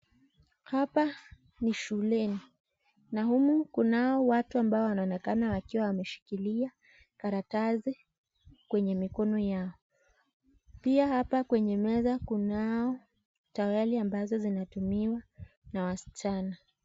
Hapa ni shuleni na humu kunao watu ambao wanaonekana wameshikilia karatasi kwenye mikono yao. Pia hapa kwenye meza kunao taweli ambazo zinatumiwa na wasichana.